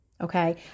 okay